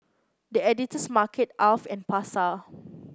The Editor's Market Alf and Pasar